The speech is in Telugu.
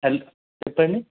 హలో చెప్పండి